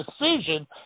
decision